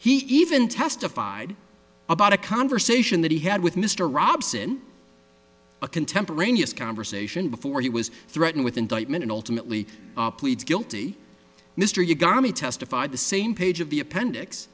he even testified about a conversation that he had with mr robson a contemporaneous conversation before he was threatened with indictment and ultimately plead guilty mr you got me testified the same page of the appendix